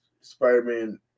Spider-Man